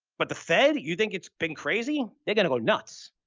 but the fed, you think it's been crazy? they're going to go nuts.